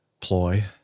ploy